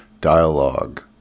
dialogue